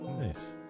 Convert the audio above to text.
Nice